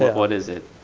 what is it?